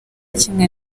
kimwe